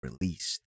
released